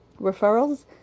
referrals